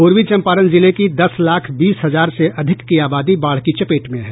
पूर्वी चंपारण जिले की दस लाख बीस हजार से अधिक की आबादी बाढ़ की चपेट में है